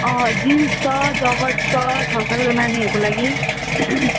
jeans छ joggers छ छ सालको नानीहरूको लागि